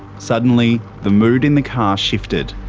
suddenly the mood in the car shifted.